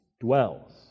dwells